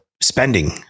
spending